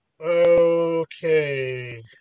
Okay